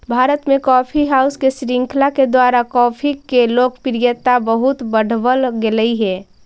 भारत में coffee house के श्रृंखला के द्वारा कॉफी के लोकप्रियता बहुत बढ़बल गेलई हे